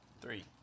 Three